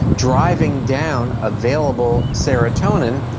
driving down available serotonin,